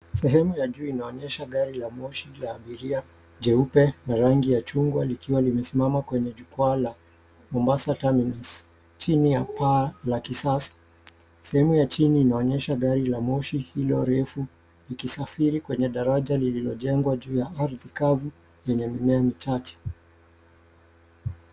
Sehemu ya juu inaonyesha gari la moshi la abiria ,jeupe na rangi ya chungwa likiwa limesimama kwenye jukwaa la Mombasa Terminus chini ya paa la kisasa. Sehemu ya chini inaonyesha gari la moshi hilo refu, likisafiri kwenye daraja lililojengwa ju ya ardhi kavu lenye mimea michache.